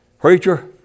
Preacher